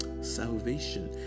salvation